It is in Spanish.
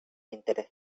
interés